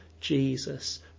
Jesus